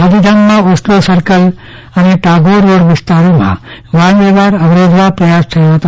ગાંધીધામમાં Oslo circle Tagore road વિસ્તારમાં વાહન વ્યવહાર અવરોધવા પ્રયાસ થયો હતો